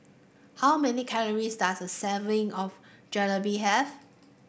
how many calories does a of Jalebi have